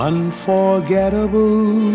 Unforgettable